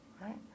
Right